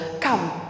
come